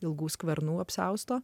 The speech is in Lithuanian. ilgų skvernų apsiausto